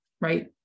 right